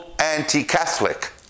anti-Catholic